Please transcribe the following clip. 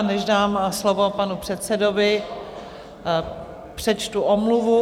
Než dám slovo panu předsedovi, přečtu omluvu.